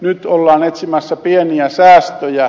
nyt ollaan etsimässä pieniä säästöjä